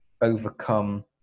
overcome